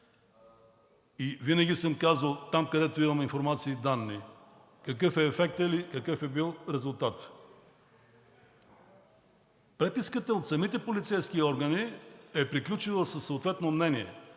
Винаги съм казвал – там, където имаме информация и данни, какъв е ефектът ли, какъв е бил резултатът. Преписката от самите полицейски органи е приключила със съответно мнение.